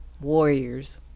Warriors